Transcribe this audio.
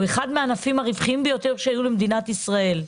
הוא אחד הענפים הרווחיים ביותר שהיו למדינת ישראל.